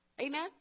Amen